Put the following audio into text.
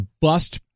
bust